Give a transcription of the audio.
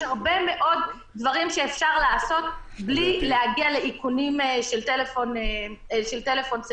יש הרבה מאוד דברים שאפשר לעשות בלי להגיע לאיכונים של טלפון סלולארי.